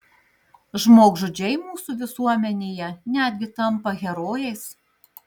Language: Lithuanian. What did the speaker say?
žmogžudžiai mūsų visuomenėje netgi tampa herojais